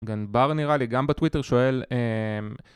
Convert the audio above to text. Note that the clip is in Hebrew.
גם בר נראה לי גם בטוויטר שואל